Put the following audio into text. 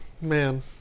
Man